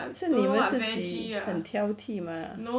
是你们自己很挑剔 mah